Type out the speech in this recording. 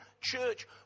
church